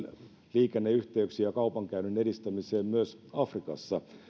liikenneyhteyksien ja kaupankäynnin edistämiseen myös afrikassa